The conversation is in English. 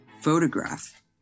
photograph